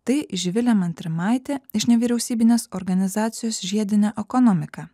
tai živilė mantrimaitė iš nevyriausybinės organizacijos žiedinė ekonomika